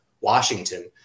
Washington